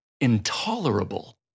intolerable